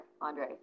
andre